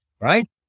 right